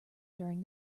during